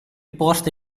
poste